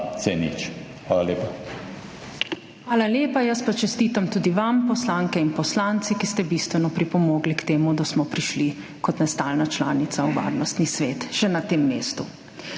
ZUPANČIČ: Hvala lepa. Jaz pa čestitam tudi vam, poslanke in poslanci, ki ste bistveno pripomogli k temu, da smo prišli kot nestalna članica v Varnostni svet še na tem mestu.